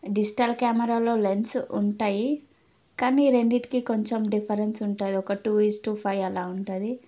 digital కెమెరాలో lens ఉంటాయి కానీ రెండిటికి కొంచెం డిఫరెన్స్ ఉంటుంది ఒక టూ ఈస్టు ఫైవ్ అలా ఉంటుంది